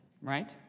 right